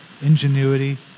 ingenuity